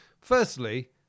Firstly